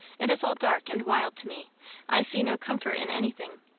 it is all dark and wild to me i see no comfort in anything.